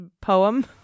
poem